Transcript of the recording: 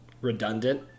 redundant